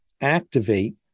activate